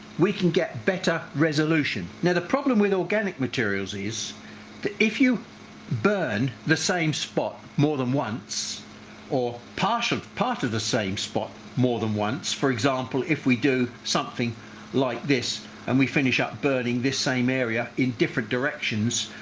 we can get better resolution. now the problem with organic materials is that if you burn the same spot more than once or partially part of the same spot more than once for example if we do something like this and we finish up burning this same area in different directions.